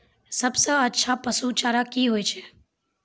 सबसे अच्छा पसु चारा की होय छै?